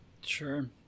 Sure